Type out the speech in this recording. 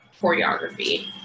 choreography